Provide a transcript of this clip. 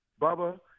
Bubba